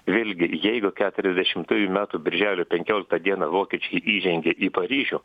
vėlgi jeigu keturiasdešimtųjų metų birželio penkioliktą dieną vokiečiai įžengė į paryžių